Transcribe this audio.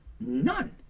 none